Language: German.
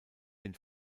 den